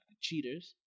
Cheaters